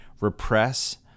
repress